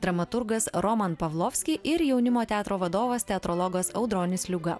dramaturgas roman pavlovski ir jaunimo teatro vadovas teatrologas audronis liuga